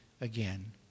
again